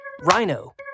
Rhino